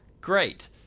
Great